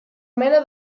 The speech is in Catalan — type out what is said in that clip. mena